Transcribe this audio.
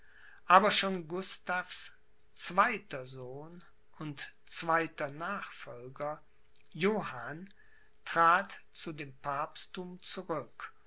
aber schon gustavs zweiter sohn und zweiter nachfolger johann trat zu dem papstthum zurück